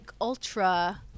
ultra